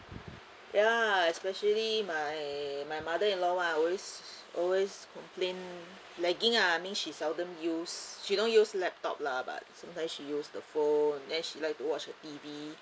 ya especially my my mother-in-law [one] always always complain lagging ah I mean she seldom use she don't use laptop lah but sometimes she use the phone then she like to watch T_V